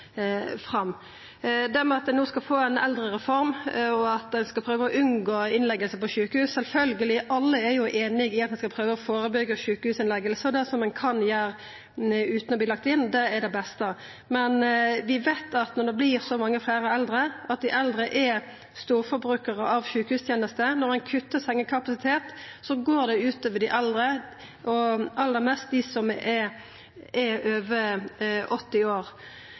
fram. Så til at ein no skal få ei eldrereform, og at ein skal prøva å unngå innlegging på sjukehus. Sjølvsagt, alle er einige i at vi skal prøva å førebyggja sjukehusinnleggingar. Dersom ein kan få det til utan innlegging, er det det beste. Men vi veit at når det vert så mange fleire eldre, og dei eldre er storforbrukarar av sjukehustenester, vil det, når ein kuttar sengekapasitet, gå ut over dei eldre, og aller mest dei som er over 80 år.